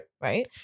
right